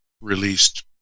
released